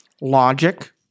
logic